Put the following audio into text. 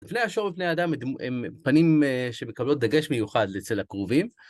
בפני השור ובפני האדם הם פנים שמקבלות דגש מיוחד אצל הקרובים.